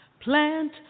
Plant